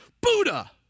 Buddha